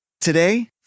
Today